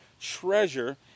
treasure